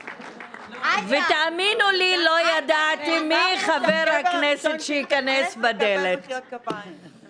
ותאמינו לי לא ידעתי מי חבר הכנסת שיכנס בדלת, אבל